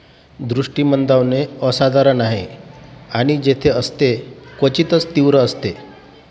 दृष्टी मंदावणे असाधारण आहे आणि जेथे असते क्वचितच तीव्र असते